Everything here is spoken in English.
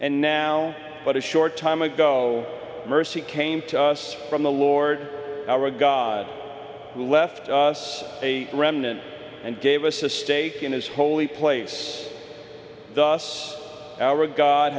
and now but a short time ago mercy came to us from the lord our god who left us a remnant and gave us a stake in his holy place thus our god